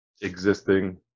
existing